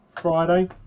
Friday